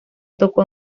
tocó